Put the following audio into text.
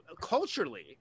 culturally